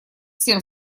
всем